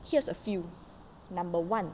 here's a few number one